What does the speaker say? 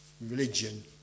religion